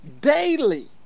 daily